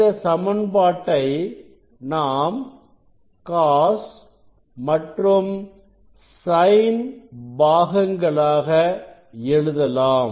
இந்த சமன்பாட்டை நாம் cos மற்றும் sin பாகங்களாக எழுதலாம்